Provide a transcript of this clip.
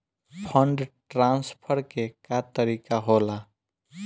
Fund transfer के का तरीका होला?